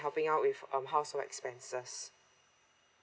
helping out with um household expenses